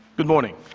good morning.